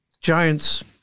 Giants